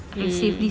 mm